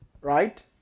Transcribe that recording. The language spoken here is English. Right